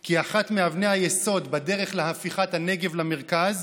כי אחת מאבני היסוד בדרך להפיכת הנגב למרכז